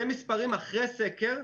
אלה מספרים אחרי הסקר.